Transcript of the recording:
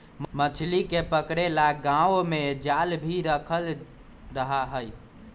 मछली के पकड़े ला गांव में जाल भी रखल रहा हई